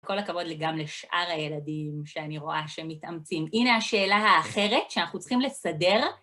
כל הכבוד גם לשאר הילדים שאני רואה שהם מתאמצים. הנה השאלה האחרת שאנחנו צריכים לסדר.